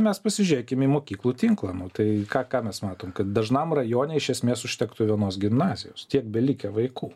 mes pasižiūrėkime į mokyklų tinklą nu tai ką ką mes matom kad dažnam rajone iš esmės užtektų vienos gimnazijos tiek belikę vaikų